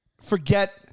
forget